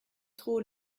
trop